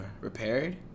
repaired